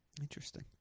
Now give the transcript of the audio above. Interesting